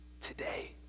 today